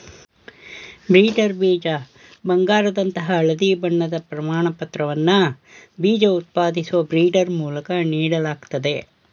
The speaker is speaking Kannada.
ಬ್ರೀಡರ್ ಬೀಜ ಬಂಗಾರದಂತಹ ಹಳದಿ ಬಣ್ಣದ ಪ್ರಮಾಣಪತ್ರವನ್ನ ಬೀಜ ಉತ್ಪಾದಿಸುವ ಬ್ರೀಡರ್ ಮೂಲಕ ನೀಡಲಾಗ್ತದೆ